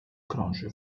krąży